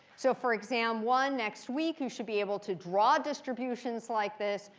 so for exam one next week, you should be able to draw distributions like this.